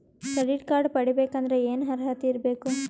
Credit card ಪಡಿಬೇಕಂದರ ಏನ ಅರ್ಹತಿ ಇರಬೇಕು?